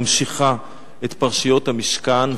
ממשיכה את פרשיות המשכן,